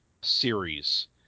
series